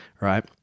right